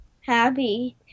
happy